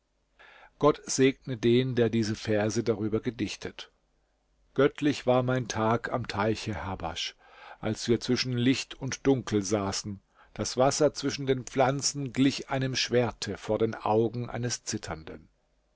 gott segne den der diese verse darüber gedichtet göttlich war mein tag am teiche habasch als wir zwischen licht und dunkel saßen das wasser zwischen den pflanzen glich einem schwerte vor den augen eines zitternden